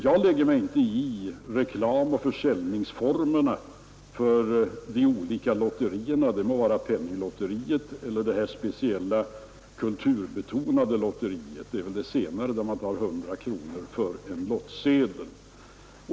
Jag lägger mig inte i reklamoch försäljningsformerna för de olika lotterierna — det må gälla penninglotteriet eller det speciellt kulturbetonade lotteri där en lottsedel kostar 100 kronor.